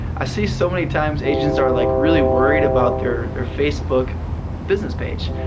i see so many times agents are like really worried about their their facebook business page,